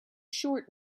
short